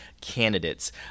candidates